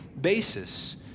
basis